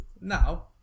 now